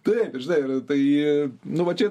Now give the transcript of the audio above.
taip ir žinai yra tai nu va čia